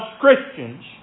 Christians